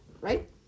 right